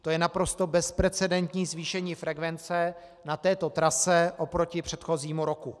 To je naprosto bezprecedentní zvýšení frekvence na této trase oproti předchozímu roku.